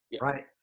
right